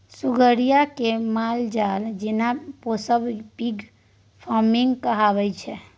सुग्गरि केँ मालजाल जेना पोसब पिग फार्मिंग कहाबै छै